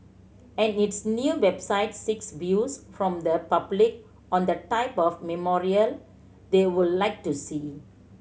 and its new website seeks views from the public on their type of memorial they would like to see